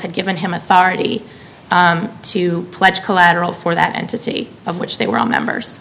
had given him authority to pledge collateral for that entity of which they were members